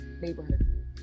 neighborhood